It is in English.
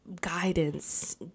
guidance